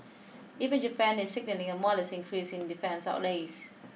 even Japan is signalling a modest increase in defence outlays